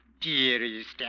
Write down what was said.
Dearest